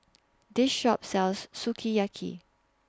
This Shop sells Sukiyaki